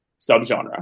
subgenre